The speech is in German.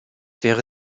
wäre